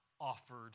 offered